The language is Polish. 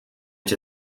cię